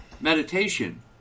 meditation